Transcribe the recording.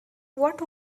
what